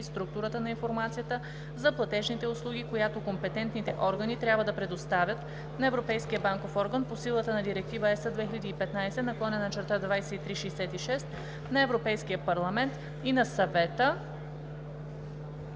структурата на информацията за платежните услуги, която компетентните органи трябва да предоставят на Европейския банков орган по силата на Директива (ЕС) 2015/2366 на Европейския парламент и на Съвета